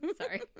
Sorry